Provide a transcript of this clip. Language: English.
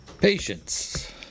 Patience